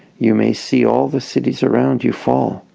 you may see all the cities around you fall,